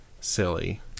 silly